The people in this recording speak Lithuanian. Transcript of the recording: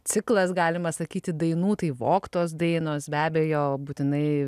ciklas galima sakyti dainų tai vogtos dainos be abejo būtinai